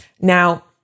Now